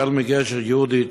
החל מגשר יהודית,